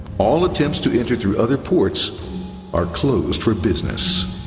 all attempts to enter through other ports are closed for business.